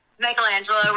michelangelo